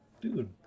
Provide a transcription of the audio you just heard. Dude